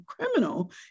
criminal